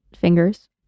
fingers